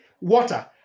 water